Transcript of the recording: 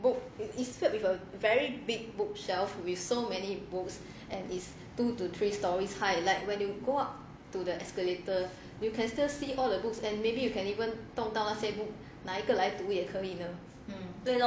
book it is filled with a very big bookshelf with so many books and it's two to three storeys high like when you go up to the escalators you can still see all the books and maybe you can even 动到那个些 book 拿一个来读也可以的